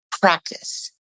practice